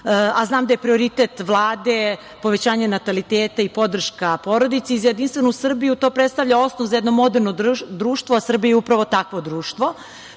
Znam da je prioritet Vlade povećanje nataliteta i podrška porodici. Za Jedinstvenu Srbiju to predstavlja osnov za jedno moderno društvo, a Srbija je upravo takvo društvo.